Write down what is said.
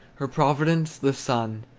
her providence the sun,